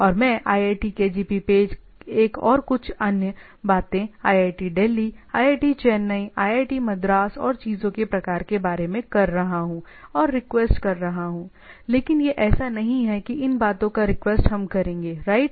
और मैं iitkgp page एक और कुछ अन्य बातें IIT Delhi IIT Chennai IIT Madras और चीजों के प्रकार के बारे में कह रहा हूँ और रिक्वेस्ट कर रहा हूँ लेकिन यह ऐसा नहीं है कि इन बातों का रिक्वेस्ट हम करेंगे राइट